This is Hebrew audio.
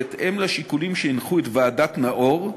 בהתאם לשיקולים שהנחו את ועדת נאור,